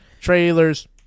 Trailers